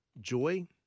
joy